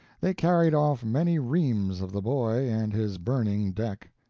they carried off many reams of the boy and his burning deck.